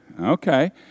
okay